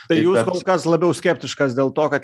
tai jūs kol kas labiau skeptiškas dėl to kad